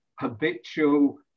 habitual